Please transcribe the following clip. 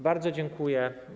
Bardzo dziękuję.